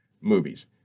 movies